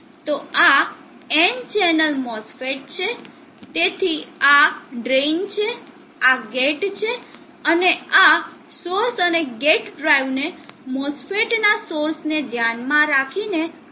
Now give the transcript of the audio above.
તો આ N channel MOSFET છે તેથી આ ડ્રેઇન છે આ ગેટ છે અને આ સોર્સ અને ગેટ ડ્રાઇવને MOSFETના સોર્સને ધ્યાનમાં રાખીને આપવામાં આવે છે